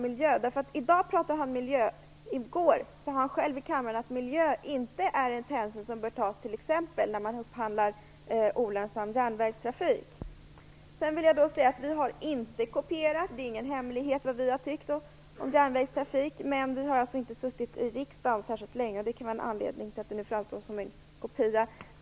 I dag pratar han för miljön, i går sade han själv i kammaren att man inte bör ta hänsyn till miljön när man t.ex. upphandlar olönsam järnvägstrafik. Jag vill också säga att vi inte har kopierat något förslag. Det vi har tyckt om järnvägstrafik är ingen hemlighet. Men vi har inte suttit i riksdagen särskilt länge. Det kan vara en anledning till att vårt förslag framstår som en kopia.